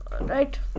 Right